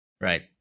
Right